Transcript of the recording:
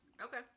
Okay